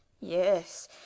yes